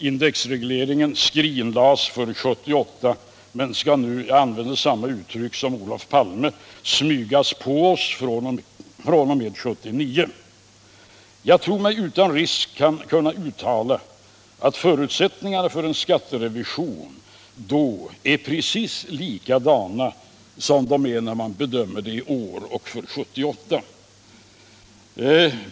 Indexregleringen skrinlades för 1978 men skall nu, för att använda samma uttryck som Olof Palme, smygas på oss fr.o.m. 1979. Jag tror mig utan risk kunna uttala att förutsättningarna för en skatterevision då är precis likadana som man bedömer dem vara i år och för 1978.